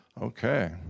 Okay